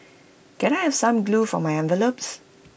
can I have some glue for my envelopes